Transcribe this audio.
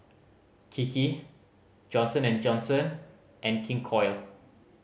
Kiki Johnson and Johnson and King Koil